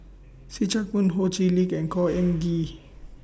See Chak Mun Ho Chee Lick and Khor Ean Ghee